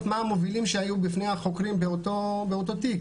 מה המובילים שהיו בפני החוקרים באותו תיק,